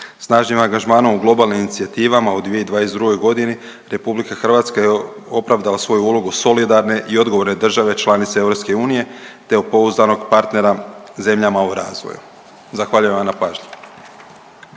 Snažnim angažmanom u globalnim inicijativama u 2022. godini RH je opravdala svoju ulogu solidarne i odgovorne države članice EU te pouzdanog partnera zemljama u razvoju. Zahvaljujem vam na pažnji.